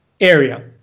area